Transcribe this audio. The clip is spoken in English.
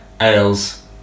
ales